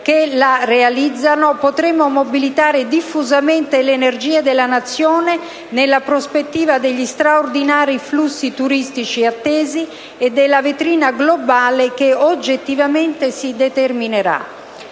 che la realizzano potremmo mobilitare diffusamente le energie della Nazione nella prospettiva degli straordinari flussi turistici attesi e della vetrina globale che oggettivamente si determinerà.